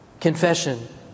Confession